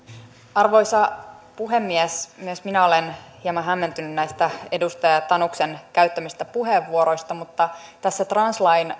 arvoisa puhemies myös minä olen hieman hämmentynyt näistä edustaja tanuksen käyttämistä puheenvuoroista mutta tässä translain